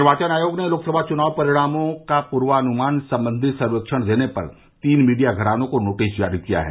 निर्वाचन आयोग ने लोकसभा चुनाव परिणामों का पूर्वान्मान संबंधी सर्वेक्षण देने पर तीन मीडिया घरानों को नोटिस जारी किया है